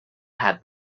had